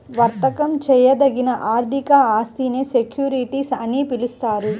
వర్తకం చేయదగిన ఆర్థిక ఆస్తినే సెక్యూరిటీస్ అని పిలుస్తారు